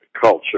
culture